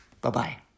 Bye-bye